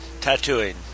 Tattooing